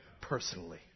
personally